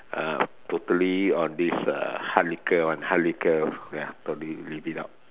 uh totally on this uh hard liquor one hard liquor ya totally leave it out